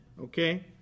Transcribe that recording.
okay